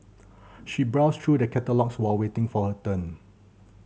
she browsed through the catalogues while waiting for her turn